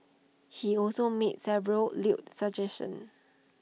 he also made several lewd suggestions